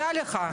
תדע לך.